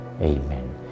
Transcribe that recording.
Amen